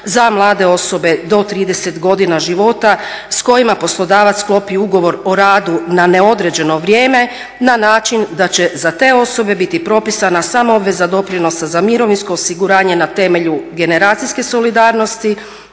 za mlade osobe do 30 godina života s kojima poslodavac sklopi ugovor o radu na neodređeno vrijeme na način da će za te osobe biti propisana samo obveza doprinosa za mirovinsko osiguranje na temelju generacijske solidarnosti